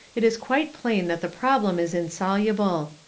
it is quite plain that the problem is insoluble.